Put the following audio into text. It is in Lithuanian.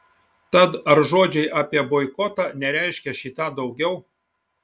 tad ar žodžiai apie boikotą nereiškia šį tą daugiau